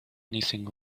anything